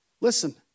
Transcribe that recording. Listen